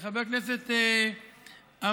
חבר הכנסת אמיר,